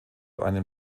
einem